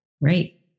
right